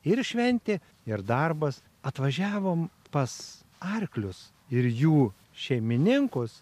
ir šventė ir darbas atvažiavom pas arklius ir jų šeimininkus